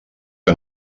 que